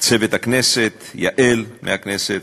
צוות הכנסת, יעל מהכנסת,